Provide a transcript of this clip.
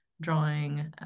drawing